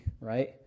right